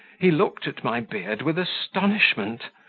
he looked at my beard with astonishment,